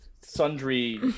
sundry